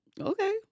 okay